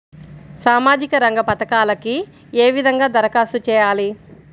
సామాజిక రంగ పథకాలకీ ఏ విధంగా ధరఖాస్తు చేయాలి?